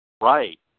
Right